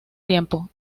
tiempo